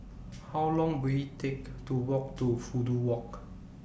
How Long Will IT Take to Walk to Fudu Walk